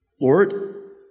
Lord